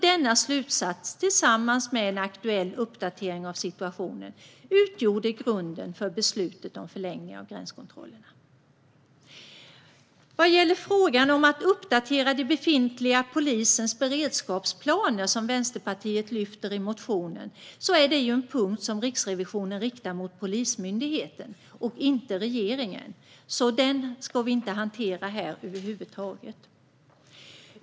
Denna slutsats tillsammans med en aktuell uppdatering av situationen utgjorde grunden för beslutet om förlängning av gränskontrollerna. Vad gäller frågan om att uppdatera polisens befintliga beredskapsplaner, som Vänsterpartiet lyfter fram i motionen, är det kritik som Riksrevisionen riktar mot Polismyndigheten och inte mot regeringen, så det ska vi över huvud taget inte hantera här.